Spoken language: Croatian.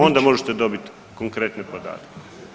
Onda možete dobiti konkretne podatke.